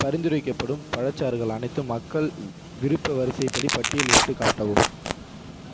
பரிந்துரைக்கப்படும் பழச்சாறுகள் அனைத்தும் மக்கள் விருப்ப வரிசைப்படி பட்டியலிட்டுக் காட்டவும்